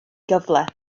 gyfle